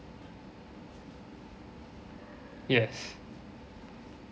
yes